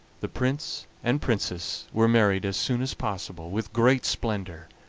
the prince and princess were married as soon as possible with great splendor,